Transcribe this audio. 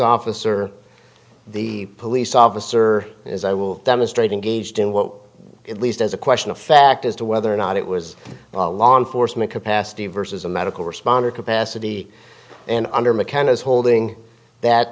officer the police officer as i will demonstrate engaged in what at least as a question of fact as to whether or not it was a law enforcement capacity versus a medical responder capacity and under mckenna's holding that